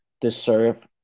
deserve